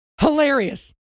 Hilarious